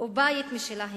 ובית משלהם.